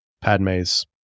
Padme's